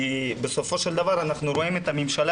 כי בסופו של דבר אנחנו רואים שבממשלה